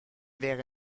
wäre